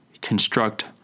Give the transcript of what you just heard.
construct